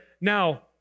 Now